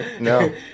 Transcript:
No